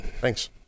Thanks